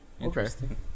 Interesting